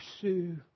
pursue